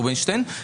רובינשטיין,